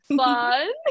fun